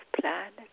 planet